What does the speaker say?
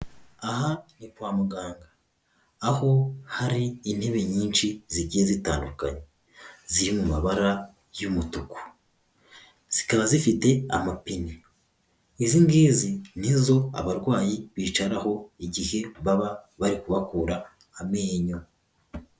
Aha ni kwa muganga, aho hari intebe nyinshi zigiye zitandukanye, ziri mu mabara y'umutuku, zikaba zifite amapine, izi ngizi nizo abarwayi bicaraho igihe baba bari kubakura amenyo.